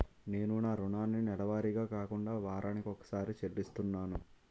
నేను నా రుణాన్ని నెలవారీగా కాకుండా వారాని కొక్కసారి చెల్లిస్తున్నాను